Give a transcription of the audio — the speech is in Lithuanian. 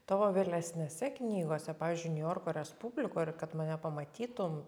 tavo vėlesnėse knygose pavyzdžiui niujorko respublikoj ir kad mane pamatytum